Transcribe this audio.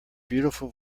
beautiful